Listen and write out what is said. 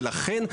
ולכן,